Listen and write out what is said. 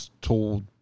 told